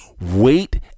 wait